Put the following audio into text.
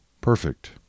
perfect